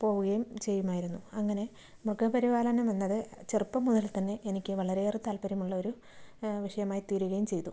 പോവുകയും ചെയ്യുമായിരുന്നു അങ്ങനെ മൃഗപരിപാലനം എന്നത് ചെറുപ്പം മുതൽ തന്നെ എനിക്ക് വളരെയേറെ താല്പര്യമുള്ളൊരു വിഷയമായി തീരുകയും ചെയ്തു